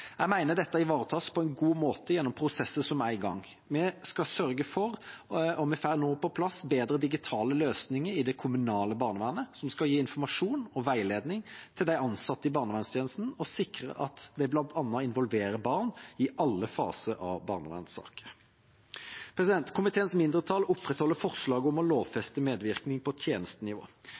Jeg mener dette ivaretas på en god måte gjennom prosesser som er i gang. Vi skal sørge for, og vi får nå på plass, bedre digitale løsninger i det kommunale barnevernet, som skal gi informasjon og veiledning til de ansatte i barnevernstjenesten og sikre at de bl.a. involverer barn i alle faser av barnevernssaker. Komiteens mindretall opprettholder forslaget om å lovfeste medvirkning på tjenestenivå.